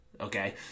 Okay